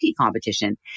Competition